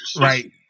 Right